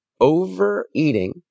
overeating